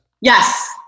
yes